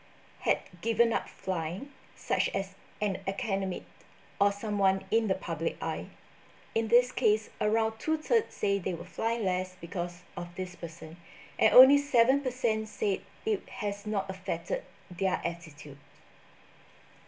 had given up flying such as an academic or someone in the public eye in this case around two thirds say they will fly less because of this person and only seven percent said it has not affected their attitude